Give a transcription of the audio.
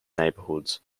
neighborhoods